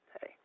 hey